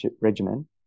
regimen